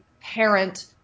parent